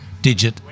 digit